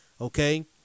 Okay